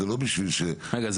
זה לא בשביל --- רגע,